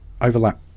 overlap